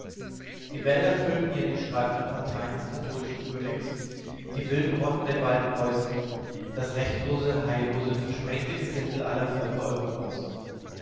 die wälder füllten ja die streifenden parteien des katholischen königs die wilden rotten der waldgeusen das rechtlose heillose versprengte gesindel aller völker europas